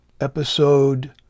Episode